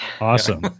awesome